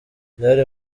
byari